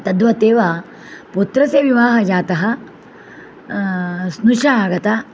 तद्वत् एव पुत्रस्य विवाहः जातः स्नुषा आगता